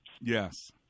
Yes